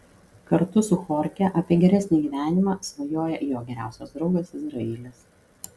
kartu su chorche apie geresnį gyvenimą svajoja jo geriausias draugas izraelis